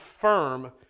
firm